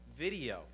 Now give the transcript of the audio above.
video